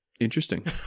interesting